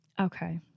Okay